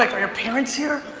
like are your parents here?